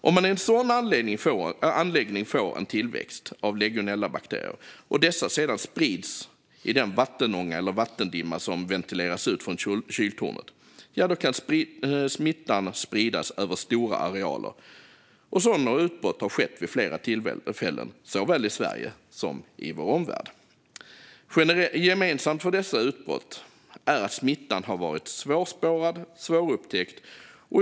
Om man i en sådan anläggning får en tillväxt av legionellabakterier och dessa sedan sprids i den vattenånga eller vattendimma som ventileras ut från kyltornet kan smittan spridas över stora arealer. Sådana utbrott har skett vid flera tillfällen såväl i Sverige som i vår omvärld. Gemensamt för dessa utbrott är att smittan har varit svårspårad och svårupptäckt.